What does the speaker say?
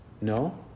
No